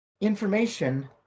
information